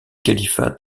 califat